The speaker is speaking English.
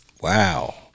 Wow